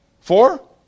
Four